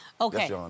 Okay